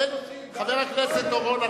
חבר הכנסת אורון,